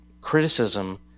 criticism